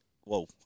Whoa